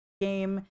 game